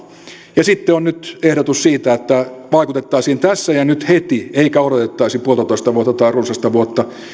ja sitten on nyt ehdotus siitä että vaikutettaisiin tässä ja nyt heti eikä odotettaisi puoltatoista vuotta tai runsasta vuotta